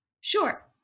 Sure